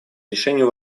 решению